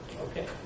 Okay